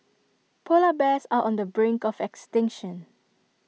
Polar Bears are on the brink of extinction